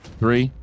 three